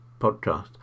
podcast